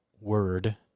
word